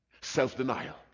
self-denial